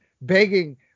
begging